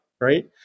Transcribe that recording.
right